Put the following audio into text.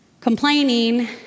Complaining